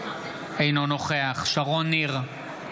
אינו נוכח שרון ניר,